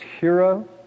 hero